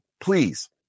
please